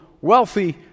wealthy